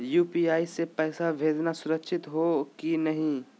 UPI स पैसवा भेजना सुरक्षित हो की नाहीं?